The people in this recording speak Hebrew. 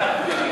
סעיף